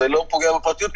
זה לא פוגע בפרטיות,